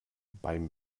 beim